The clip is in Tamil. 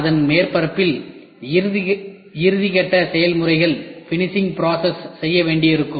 அதன் மேற்பரப்பில் இறுதிக்கட்ட செயல்முறைகளை செய்ய வேண்டியிருக்கும்